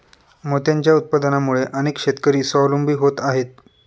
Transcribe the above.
मोत्यांच्या उत्पादनामुळे अनेक शेतकरी स्वावलंबी होत आहेत